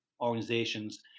organizations